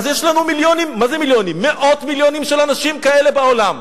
אז יש לנו מאות מיליונים של אנשים כאלה בעולם.